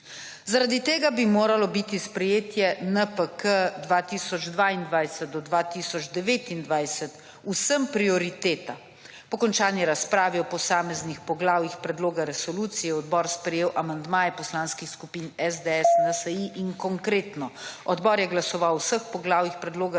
Zaradi tega bi moralo biti sprejetje NPK 2022 do 2029 vsem prioriteta. Po končani razpravi o posameznih poglavjih predloga resolucije je odbor sprejel amandmaje Poslanskih skupin SDS, NSi in Konkretno. Odbor je glasoval o vseh poglavjih predloga resolucije